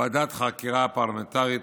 ועדת חקירה פרלמנטרית